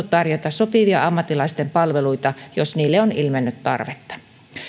tarjota sopivia ammattilaisten palveluita jos niille on ilmennyt tarvetta